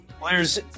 Players